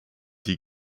die